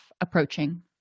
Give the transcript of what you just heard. approaching